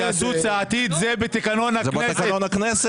התייעצות סיעתית זה בתקנון הכנסת.